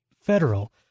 federal